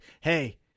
hey